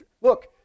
Look